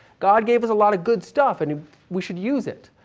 god gave us a lot of good stuff and we should use it.